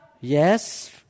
yes